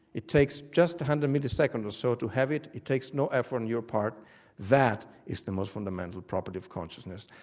it takes just one hundred milliseconds or so to have it, it takes no effort on your part that is the most fundamental property of consciousness,